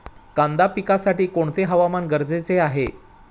कांदा पिकासाठी कोणते हवामान गरजेचे आहे?